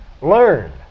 learn